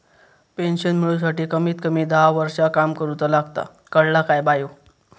Pension मिळूसाठी कमीत कमी दहा वर्षां काम करुचा लागता, कळला काय बायो?